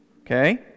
Okay